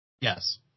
Yes